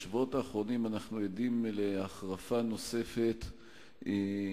בשבועות האחרונים אנחנו עדים להחרפה נוספת במתיחות,